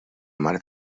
mare